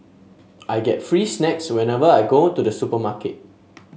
I get free snacks whenever I go to the supermarket